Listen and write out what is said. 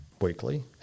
weekly